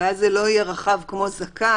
ואז זה לא יהיה רחב כמו "זכאי",